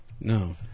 No